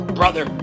brother